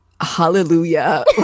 hallelujah